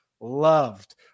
loved